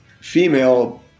female